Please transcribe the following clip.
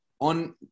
on